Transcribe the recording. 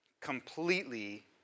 completely